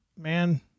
man